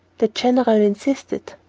the general insisted.